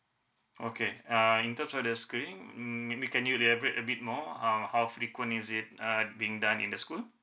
okay uh in terms of the screening mm ma~ maybe can you elaborate a bit more uh how frequently is it uh being done in the school